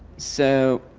so,